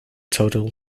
total